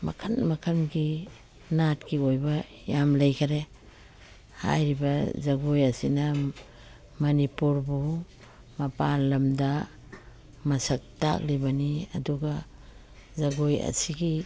ꯃꯈꯟ ꯃꯈꯟꯒꯤ ꯅꯥꯠꯀꯤ ꯑꯣꯏꯕ ꯌꯥꯝ ꯂꯩꯈꯔꯦ ꯍꯥꯏꯔꯤꯕ ꯖꯒꯣꯏ ꯑꯁꯤꯅ ꯃꯅꯤꯄꯨꯔꯕꯨ ꯃꯄꯥꯟ ꯂꯝꯗ ꯃꯁꯛ ꯇꯥꯛꯂꯤꯕꯅꯤ ꯑꯗꯨꯒ ꯖꯒꯣꯏ ꯑꯁꯤꯒꯤ